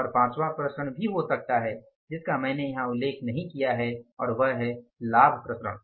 और पाँचवाँ विचरण भी हो सकता है जिसका मैंने यहाँ उल्लेख नहीं किया है और वह है लाभ विचरण